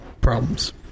problems